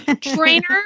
trainer